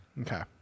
okay